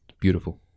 Beautiful